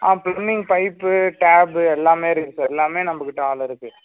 ஆ plumbing pipe tape எல்லாமே இருக்கு sir எல்லாமே நம்பக்கிட்ட ஆள் இருக்கு